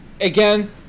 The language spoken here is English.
Again